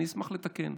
אני אשמח לתקן.